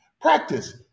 practice